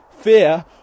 fear